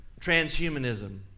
Transhumanism